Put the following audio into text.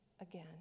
again